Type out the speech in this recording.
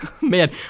man